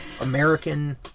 American